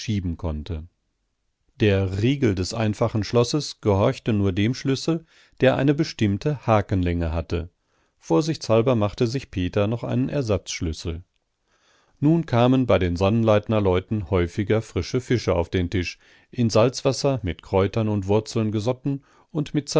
konnte der riegel des einfachen schlosses gehorchte nur dem schlüssel der eine bestimmte hakenlänge hatte vorsichtshalber machte sich peter noch einen ersatzschlüssel nun kamen bei den sonnleitnerleuten häufiger frische fische auf den tisch in salzwasser mit kräutern und wurzeln gesotten und mit